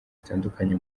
zitandukanye